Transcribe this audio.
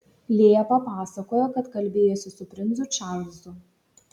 lėja papasakojo kad kalbėjosi su princu čarlzu